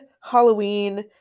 Halloween